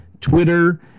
Twitter